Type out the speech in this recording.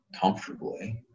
comfortably